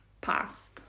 past